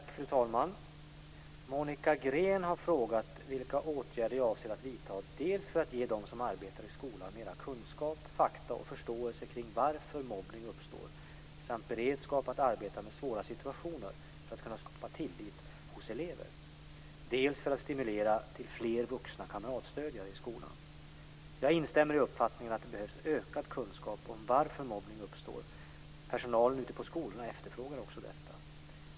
Fru talman! Monica Green har frågat vilka åtgärder jag avser att vidta dels för att ge dem som arbetar i skolan mer kunskap, fakta och förståelse kring varför mobbning uppstår samt beredskap att arbeta med svåra situationer för att kunna skapa tillit hos elever, dels för att stimulera till fler vuxna kamratstödjare i skolan. Jag instämmer i uppfattningen att det behövs ökad kunskap om varför mobbning uppstår. Personalen ute på skolorna efterfrågar också detta.